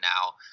now